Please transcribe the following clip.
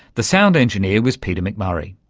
the sound engineer was peter mcmurray.